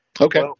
Okay